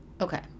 Okay